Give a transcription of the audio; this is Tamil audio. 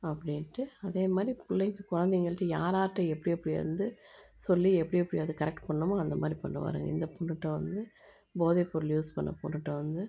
அப்படின்ட்டு அதே மாதிரி பிள்ளைங்க குழந்தைங்கள்ட்டையும் யார் யார்கிட்ட எப்படி எப்படி வந்து சொல்லி எப்படி எப்படி அது கரெக்ட் பண்ணணுமோ அந்த மாதிரி பண்ணுவாருங்க இந்த பொண்ணுகிட்ட வந்து போதைப்பொருள் யூஸ் பண்ண பொண்ணுகிட்ட வந்து